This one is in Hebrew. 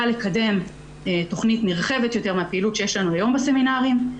לקדם תכנית נרחבת יותר מהפעילות שיש לנו היום בסמינרים.